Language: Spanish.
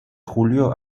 julio